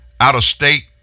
Out-of-state